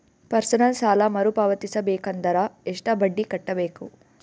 Personal ಸಾಲ ಮರು ಪಾವತಿಸಬೇಕಂದರ ಎಷ್ಟ ಬಡ್ಡಿ ಕಟ್ಟಬೇಕು?